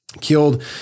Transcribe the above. killed